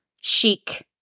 chic